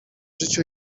życiu